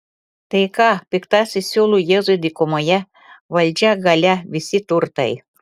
tai ką piktasis siūlo jėzui dykumoje valdžia galia visi turtai